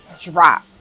drop